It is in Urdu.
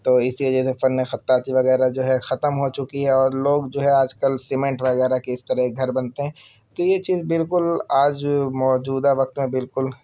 تو اسی وجہ سے فنِ خطاطی وغیرہ جو ہے ختم ہو چکی ہے اور لوگ جو ہے آج کل سمینٹ وغیرہ کے اس طرح گھر بنتے ہیں تو یہ چیز بالکل آج موجودہ وقت میں بالکل